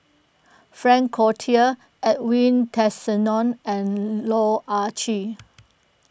Frank Cloutier Edwin Tessensohn and Loh Ah Chee